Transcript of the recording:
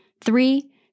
Three